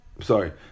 Sorry